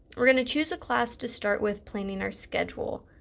we're going to choose a class to start with planning our schedule.